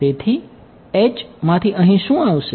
તેથી માંથી અહીં શું આવશે